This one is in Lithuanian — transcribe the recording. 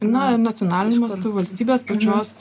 na nacionaliniu mastu valstybės pačios